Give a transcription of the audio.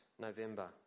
November